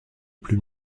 plus